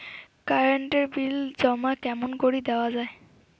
Current এর bill জমা কেমন করি দেওয়া যায়?